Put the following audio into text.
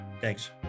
thanks